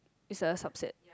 is a subset